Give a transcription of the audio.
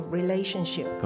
relationship 。